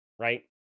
right